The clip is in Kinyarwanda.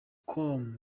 com